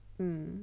mm